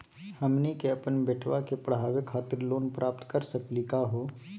हमनी के अपन बेटवा क पढावे खातिर लोन प्राप्त कर सकली का हो?